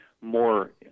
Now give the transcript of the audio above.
more